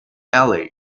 alley